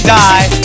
die